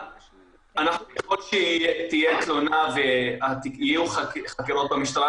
במקרה שתהיה תלונה ויהיו חקירות במשטרה,